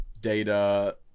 data